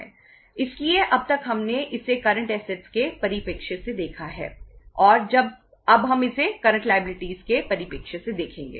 इसलिए अब तक हमने इसे करंट ऐसेटस के परिप्रेक्ष्य से देखेंगे